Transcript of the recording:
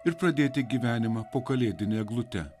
ir pradėti gyvenimą po kalėdine eglute